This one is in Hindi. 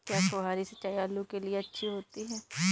क्या फुहारी सिंचाई आलू के लिए अच्छी होती है?